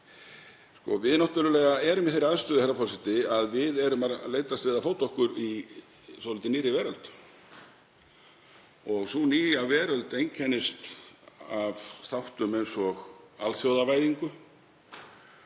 náttúrlega í þeirri aðstöðu, herra forseti, að við erum að leitast við að fóta okkur í nýrri veröld. Hin nýja veröld einkennist af þáttum eins og alþjóðavæðingu.